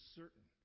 certain